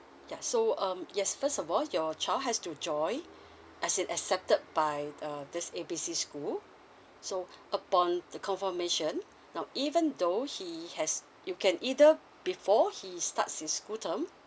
ya so um yes first of all your child has to joy as in accepted by uh this A B C school so upon the confirmation now even though he has you can either before he starts his school term